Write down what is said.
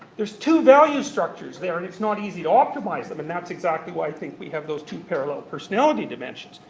there's two value structures there and it's not easy to optimise them and that's exactly why i think we have those two parallel personality dimensions.